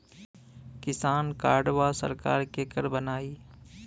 किसान कार्डवा सरकार केकर बनाई?